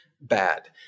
bad